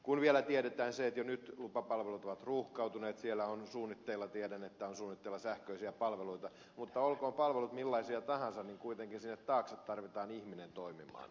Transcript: kun vielä tiedetään se että jo nyt lupapalvelut ovat ruuhkautuneet niin vaikka tiedän että siellä on suunnitteilla sähköisiä palveluita niin olkoot palvelut millaisia tahansa kuitenkin sinne taakse tarvitaan ihminen toimimaan